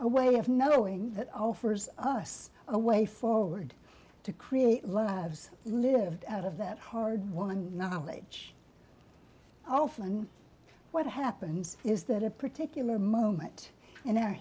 a way of knowing that offers us a way forward to create lives lived out of that hard won knowledge often what happens is that a particular moment in our